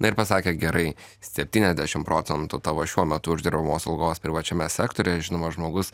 na ir pasakė gerai septyniasdešim procentų tavo šiuo metu uždirbamos algos privačiame sektoriuje žinoma žmogus